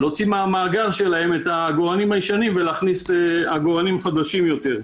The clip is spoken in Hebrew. מהמאגר שלהם את העגורנים הישנים ולהכניס עגורנים חדשים יותר.